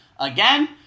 Again